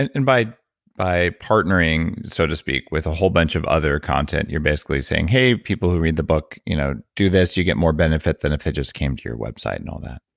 and and by by partnering, so to speak with a whole bunch of other content, you're basically saying, hey, people who read the book. you know do this, you get more benefit than if they just came to your website and all that.